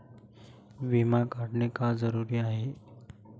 विमा काढणे का जरुरी आहे?